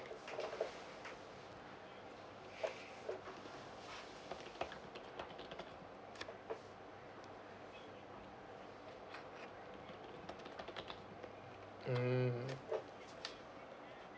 mm